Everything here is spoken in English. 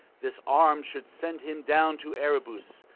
this arm should send him down to erebus,